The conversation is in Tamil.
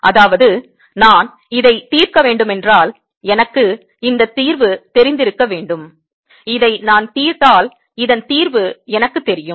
அதாவது நான் இந்த தீர்க்க வேண்டுமென்றால் எனக்கு இந்த தீர்வு தெரிந்திருக்க வேண்டும் இதை நான் தீர்த்தால் இதன் தீர்வு எனக்குத் தெரியும்